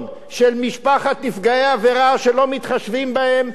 של משפחת נפגעי עבירה שלא מתחשבים בהם,